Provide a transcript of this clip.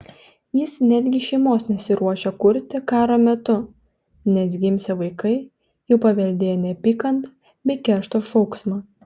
jis netgi šeimos nesiruošia kurti karo metu nes gimsią vaikai jau paveldėję neapykantą bei keršto šauksmą